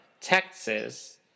Texas